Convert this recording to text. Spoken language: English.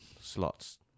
slots